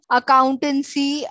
accountancy